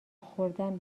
خوردن